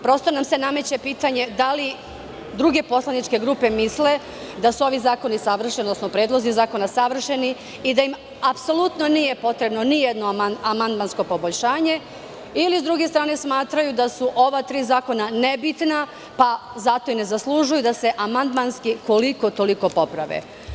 Prosto nam se nameće pitanje da li druge poslaničke grupe misle da su ovi predlozi zakona savršeni i da im apsolutno nije potrebno nijedno amandmansko poboljšanje ili, sa druge strane, smatraju da su ova tri zakona nebitna, pa zato i ne zaslužuju da se amandmanski koliko toliko poprave?